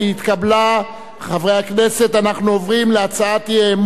חברי הכנסת, אנחנו עוברים להצעת האי-אמון מטעם,